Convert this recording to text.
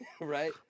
right